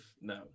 no